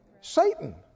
Satan